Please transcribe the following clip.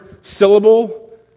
syllable